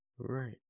Right